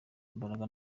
imbaraga